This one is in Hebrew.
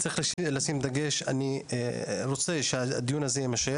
אני מבקש שיהיה המשך לדיון הזה ואליו